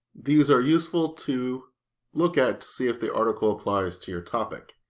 these are useful to look at see if the article applies to your topic.